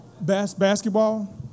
Basketball